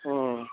हा